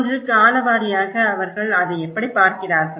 ஒன்று காலம் வாரியாக அவர்கள் அதை எப்படிப் பார்க்கிறார்கள்